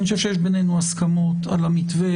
אני חושב שיש בינינו הסכמות על המתווה.